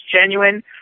genuine